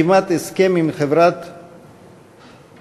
חתימת הסכם עם חברת "מונסנטו".